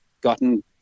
gotten